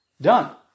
done